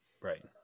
Right